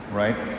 right